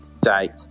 date